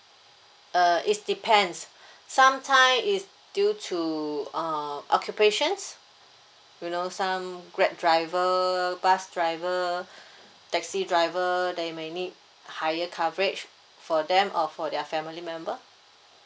uh is depends sometime is due to uh occupations you know some grab driver bus driver taxi driver they may need higher coverage for them or for their family member